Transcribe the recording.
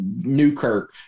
Newkirk